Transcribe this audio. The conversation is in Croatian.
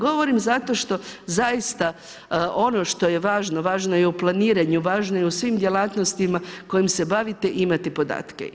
Govorim zato što zaista ono što je važno, važno je u planiranju, važno je i u svim djelatnostima kojim se bavite imati podatke.